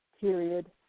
period